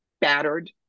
battered